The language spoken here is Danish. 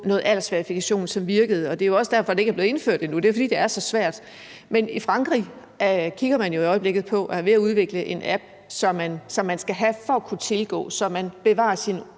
på aldersverificering, som virkede, og det er jo også derfor, det ikke er blevet indført endnu. Det er, fordi det er så svært. Men i Frankrig kigger man jo i øjeblikket på og er ved at udvikle en app, som man skal have for at kunne tilgå det her, så man bevarer sin